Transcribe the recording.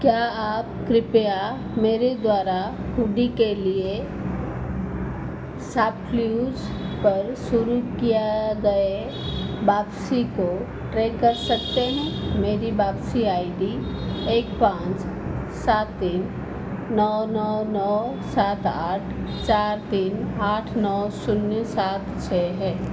क्या आप कृप्या मेरे द्वारा हुडी के लिए साप क्लूज पर शुरू किया गए वापसी को ट्रैक कर सकते हैं मेरी वापसी आई डी एक पाँच सात तीन नौ नौ नौ सात आठ चार तीन आठ नौ शून्य सात छः है